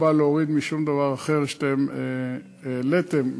אני לא בא להוריד משום דבר אחר שאתם העליתם,